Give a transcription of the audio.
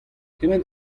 kement